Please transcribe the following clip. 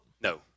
No